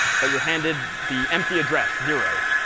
but you're handed the empty address, zeros?